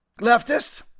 leftist